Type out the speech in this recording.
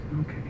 Okay